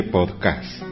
Podcast